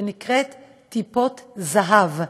שנקראת "טיפות זהב".